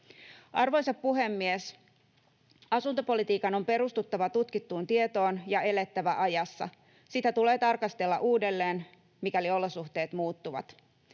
Arvoisa puhemies! Asuntopolitiikan on perustuttava tutkittuun tietoon ja elettävä ajassa. Sitä tulee tarkastella uudelleen, mikäli olosuhteet muuttuvat.